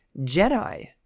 Jedi